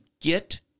get